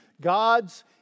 God's